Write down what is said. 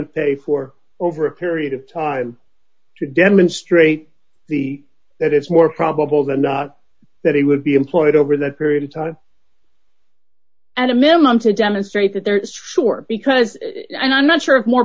a stay for over a period of time to demonstrate the that is more probable than not that he would be employed over that period of time at a minimum to demonstrate that there is for sure because i'm not sure of more